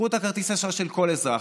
קחו את כרטיס האשראי של כל אזרח,